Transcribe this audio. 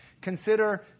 Consider